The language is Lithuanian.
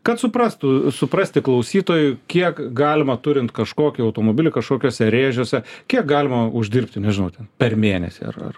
kad suprastų suprasti klausytojui kiek galima turint kažkokį automobilį kažkokiuose rėžiuose kiek galima uždirbti nežinau ten per mėnesį ar ar